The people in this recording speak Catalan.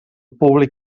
publi